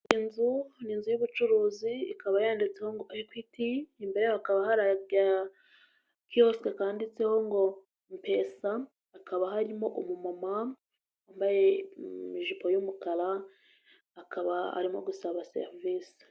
Inzu, ni inzu y'ubucuruzi, ikaba yanditseho ngo ekwiti, imbere yayo hakaba hari agakiyosiki kandiditseho ngo mpesa, hakaba harimo umumama wambaye ijipo y'umukara, akaba arimo gusaba serivisi.